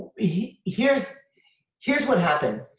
yeah here's here's what happened.